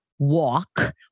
walk